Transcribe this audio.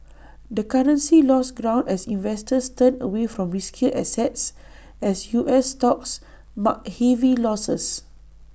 the currency lost ground as investors turned away from riskier assets as us stocks marked heavy losses